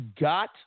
got